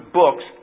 books